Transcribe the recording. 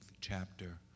chapter